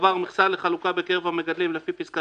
תועבר המכסה לחלוקה בקרב המגדלים לפי פסקה